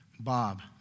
Bob